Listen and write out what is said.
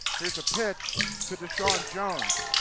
here's a pitch to deshawn jones.